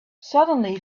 suddenly